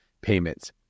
payments